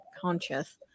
conscious